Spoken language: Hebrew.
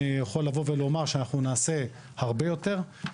אני יכול לבוא ולומר שאנחנו נעשה הרבה יותר.